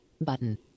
button